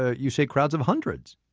ah you say, crowds of hundreds.